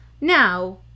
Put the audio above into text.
now